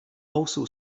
also